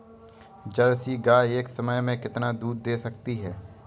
Jersey गाय एक समय में कितना दूध दे सकती है?